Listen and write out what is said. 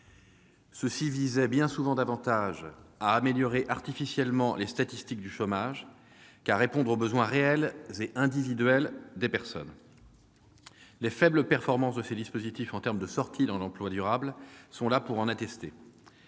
qui visaient bien souvent davantage à améliorer artificiellement les statistiques du chômage qu'à répondre aux besoins réels et individuels des personnes. Les faibles performances de ces dispositifs en termes de sortie dans l'emploi durable sont là pour l'attester.